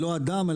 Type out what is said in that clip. לא אדם,